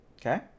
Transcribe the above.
Okay